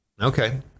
Okay